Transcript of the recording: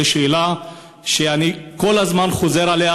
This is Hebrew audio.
זו שאלה שאני כל הזמן חוזר עליה,